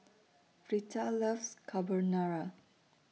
Fleta loves Carbonara